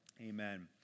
amen